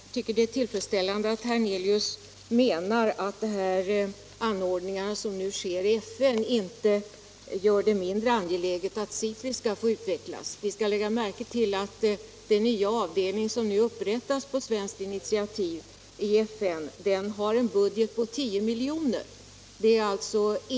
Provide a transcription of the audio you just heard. Herr talman! Det är tillfredsställande att herr Hernelius menar att de åtgärder som nu vidtas i FN inte gör det mindre angeläget att SIPRI skall få utvecklas. Vi skall lägga märke till att den nya avdelning som nu upprättas i FN på svenskt initiativ har en budget på 10 milj.kr.